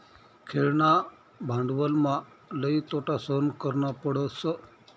खेळणा भांडवलमा लई तोटा सहन करना पडस